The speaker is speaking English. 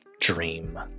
dream